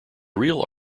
real